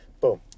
boom